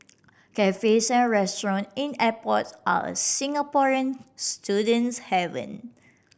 cafes and restaurant in airport are a Singaporean student's haven